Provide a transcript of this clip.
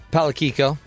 Palakiko